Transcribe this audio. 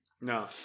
no